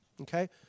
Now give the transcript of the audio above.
Okay